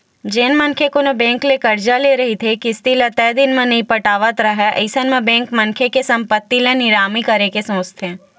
जेन मनखे कोनो बेंक ले करजा ले रहिथे किस्ती ल तय दिन म नइ पटावत राहय अइसन म बेंक मनखे के संपत्ति के निलामी करे के सोचथे